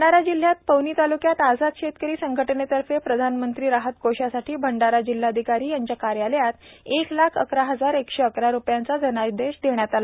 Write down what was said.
भंडारा जिल्हयातील पवनी तालूक्यातील आज़ाद शेतकरी संघटनाने तर्फे प्रधानमंत्री राहत कोशासाठी भंडारा जिल्हाधिकारी यांच्या कार्यालयात एक लाख अकरा हजार एकशे अकरा रुपयाचें धनादेश देण्यात आला